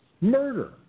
murder